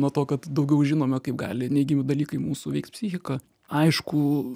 nuo to kad daugiau žinome kaip gali neigiami dalykai mūsų veikt psichiką aišku